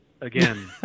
again